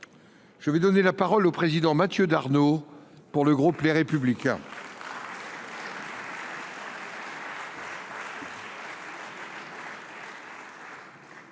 Je vais donner la parole au président Mathieu Darnot pour le groupe Les Républicains.